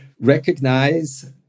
recognize